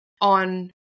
on